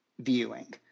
viewing